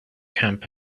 camp